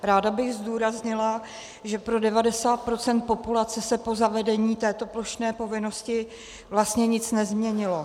Ráda bych zdůraznila, že pro 90 % populace se po zavedení této plošné povinnosti vlastně nic nezměnilo.